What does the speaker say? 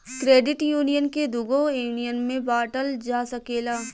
credit union के दुगो union में बॉटल जा सकेला